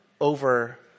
over